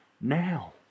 now